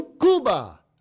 Cuba